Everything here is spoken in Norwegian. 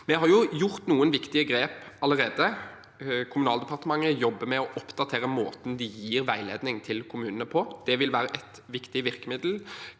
Vi har gjort noen viktige grep allerede. Kommunaldepartementet jobber med å oppdatere måten de gir veiledning til kommunene på, og det vil være et viktig virkemiddel.